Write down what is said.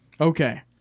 Okay